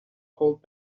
hold